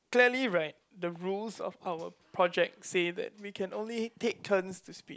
clearly right the rule of our project said that we can only take turn to speak